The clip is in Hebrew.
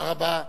תודה רבה.